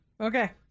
Okay